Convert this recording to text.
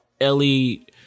Ellie